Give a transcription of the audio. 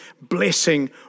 blessing